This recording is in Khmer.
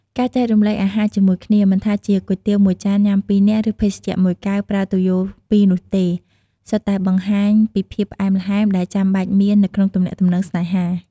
ការចែករំលែកអាហារជាមួយគ្នា មិនថាជាគុយទាវមួយចានញ៉ាំពីរនាក់ ឬភេសជ្ជៈមួយកែវប្រើទុយោពីរនោះទេ សុទ្ធតែបង្ហាញពីភាពផ្អែមល្ហែមដែលចាំបាច់មាននៅក្នុងទំនាក់ទំនងស្នេហា។